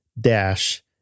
dash